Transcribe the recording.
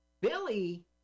Billy